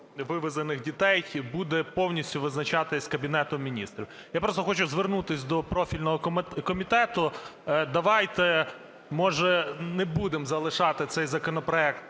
вивезених дітей буде повністю визначатись Кабінетом Міністрів. Я просто хочу звернутись до профільного комітету, давайте, може, не будемо залишати цей законопроект